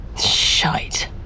Shite